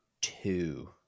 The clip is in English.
two